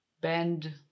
bend